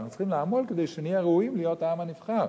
אנחנו צריכים לעמול כדי שנהיה ראויים להיות העם הנבחר.